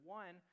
one